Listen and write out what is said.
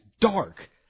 dark